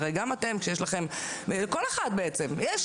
אני,